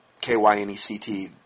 K-Y-N-E-C-T